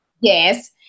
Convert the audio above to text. Yes